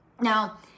Now